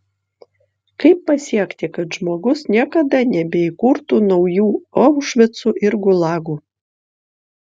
kaip pasiekti kad žmogus niekada nebeįkurtų naujų aušvicų ir gulagų